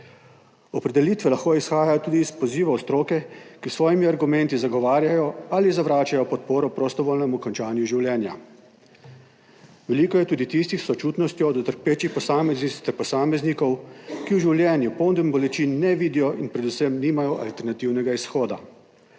Opredelitve lahko izhajajo tudi iz pozivov stroke, ki s svojimi argumenti zagovarjajo ali zavračajo podporo prostovoljnemu končanju življenja. Veliko je tudi tistih s sočutnostjo do trpečih posameznic ter posameznikov, ki v življenju, polnem bolečin, ne vidijo in predvsem nimajo alternativnega izhoda.